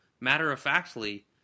matter-of-factly